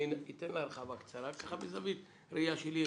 אני אתן הרחבה קצרה בזווית הראיה שלי.